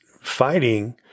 fighting